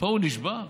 הוא נשבר?